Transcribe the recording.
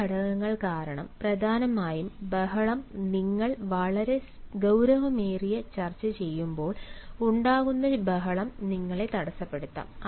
ഈ ഘടകങ്ങൾ കാരണം പ്രധാനമായും ബഹളം നിങ്ങൾ വളരെ ഗൌരവമേറിയ ചർച്ച ചെയ്യുമ്പോൾ ഉണ്ടാകുന്ന ബഹളം നിങ്ങളെ തടസ്സപ്പെടുത്താം